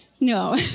No